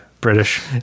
British